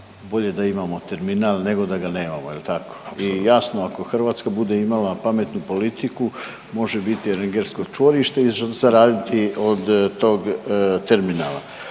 bolje da imamo terminal nego da ga nemamo. Jel tako? I jasno ako Hrvatska bude imala pametnu politiku može biti energetsko čvorište i zaraditi od tog terminala.